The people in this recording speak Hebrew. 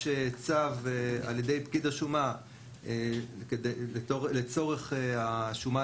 צו על-ידי פקיד השומה לצורך השומה,